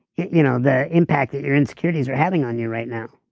yeah you know the impact that your insecurities are having on you right now